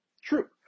true